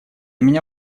меня